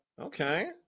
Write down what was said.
Okay